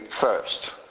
first